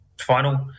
final